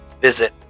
Visit